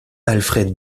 alfred